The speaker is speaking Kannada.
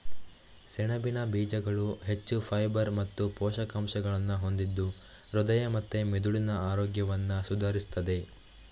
ಸೆಣಬಿನ ಬೀಜಗಳು ಹೆಚ್ಚು ಫೈಬರ್ ಮತ್ತು ಪೋಷಕಾಂಶಗಳನ್ನ ಹೊಂದಿದ್ದು ಹೃದಯ ಮತ್ತೆ ಮೆದುಳಿನ ಆರೋಗ್ಯವನ್ನ ಸುಧಾರಿಸ್ತದೆ